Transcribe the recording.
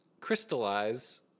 crystallize